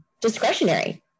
discretionary